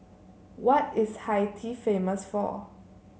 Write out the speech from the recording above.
why is Haiti famous for